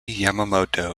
yamamoto